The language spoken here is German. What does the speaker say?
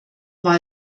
war